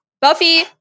Buffy